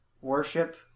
worship